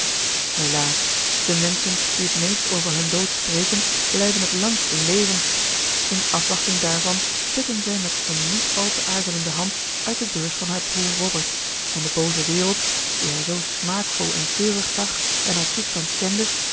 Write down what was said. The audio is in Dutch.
helaas de menschen die het meest over hun dood spreken blijven het langst leven in afwachting daarvan putten zij met eene niet al te aarzelende hand uit de beurs van haar broer robert en de booze wereld die haar zoo smaakvol en keurig zag en haar toestand kende